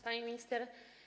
Pani Minister!